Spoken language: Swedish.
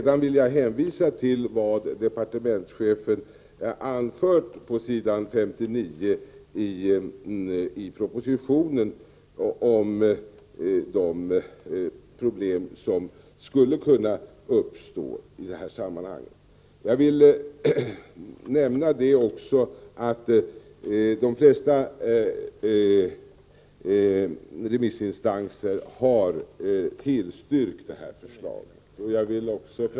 Jag vill vidare hänvisa till vad departementschefen anför på s. 59 i propositionen om de problem som skulle kunna uppstå i detta sammanhang. Jag vill också nämna att de flesta remissinstanser har tillstyrkt detta förslag.